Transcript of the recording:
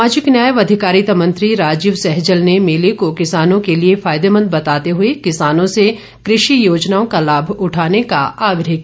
सामाजिक न्याय व अधिकारिता मंत्री राजीव संहजल ने मेले को किसानों के लिए फायेदमंद बताते हए किसानों से कृषि योजनाओं का लाभ उठाने का आग्रह किया